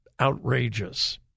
outrageous